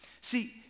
See